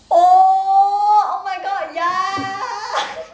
oh oh my god ya